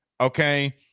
okay –